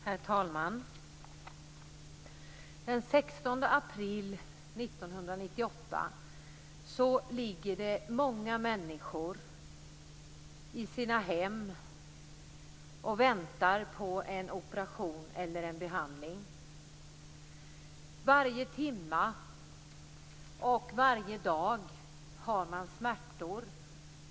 Herr talman! Den 16 april 1998 ligger det många människor i sina hem och väntar på en operation eller en behandling. Varje timme och varje dag har man smärtor.